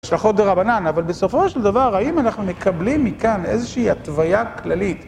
שלוחא דרבנן. אבל בסופו של דבר, האם אנחנו מקבלים מכאן איזושהי התוויה כללית?